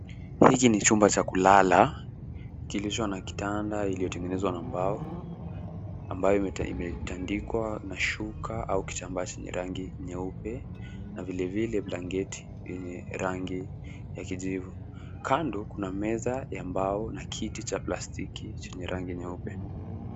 Hiki ni chumba cha kulala kilicho na kitanda iliyotengenezwa na mbao ambayo imetandikwa na shuka au kitambaa chenye rangi nyeupe na vilevile blanketi yenye rangi ya kijivu kando kuna meza ya mbao na kiti cha plastiki chenye rangi nyeupe.